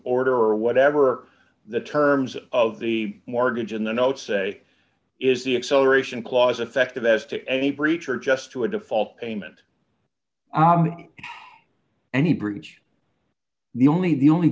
order or whatever the terms of the mortgage in the notes say is the acceleration clause effective as to any breach or just to a default payment any breach the only the only